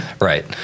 right